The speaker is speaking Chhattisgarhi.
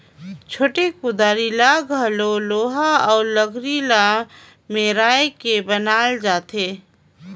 छोटे कुदारी ल घलो लोहा अउ लकरी ल मेराए के बनाल जाथे